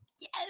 yes